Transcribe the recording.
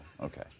Okay